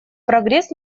прогресс